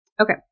Okay